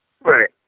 Right